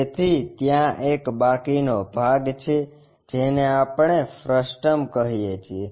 તેથી ત્યાં એક બાકીનો ભાગ છે જેને આપણે ફ્રસ્ટમ કહીએ છીએ